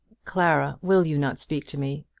clara will you not speak to me?